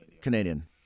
Canadian